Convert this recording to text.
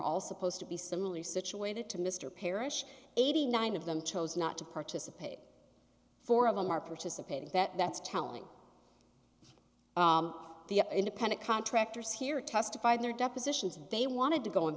all supposed to be similarly situated to mr parrish eighty nine of them chose not to participate four of them are participating that that's telling the independent contractors here testified their depositions they wanted to go in